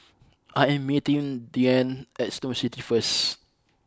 I am meeting Deann at Snow City first